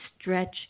stretch